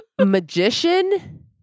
Magician